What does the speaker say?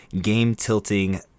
game-tilting